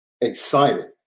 Excited